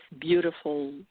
beautiful